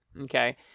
Okay